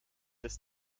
des